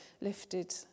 lifted